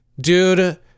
Dude